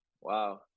Wow